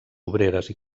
obreres